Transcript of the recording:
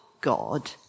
God